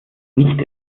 nicht